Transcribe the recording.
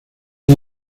muy